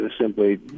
simply